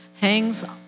hangs